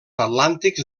atlàntics